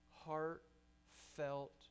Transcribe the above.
heartfelt